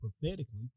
prophetically